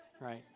right